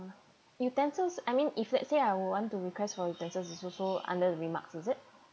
utensils I mean if let's say I would want to request for utensils it's also under the remarks is it